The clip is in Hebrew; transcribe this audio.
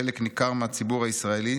חלק ניכר מהציבור הישראלי